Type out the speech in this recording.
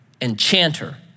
enchanter